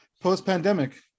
post-pandemic